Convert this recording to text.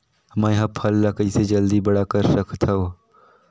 मैं ह फल ला कइसे जल्दी बड़ा कर सकत हव?